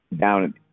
down